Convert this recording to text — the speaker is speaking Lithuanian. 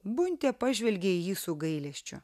buntė pažvelgė į jį su gailesčiu